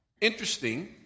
Interesting